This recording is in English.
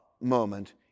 moment